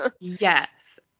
Yes